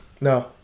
No